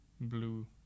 blue